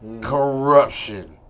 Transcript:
Corruption